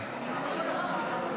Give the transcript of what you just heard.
סדר-היום.